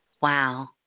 Wow